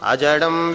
Ajadam